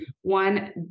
one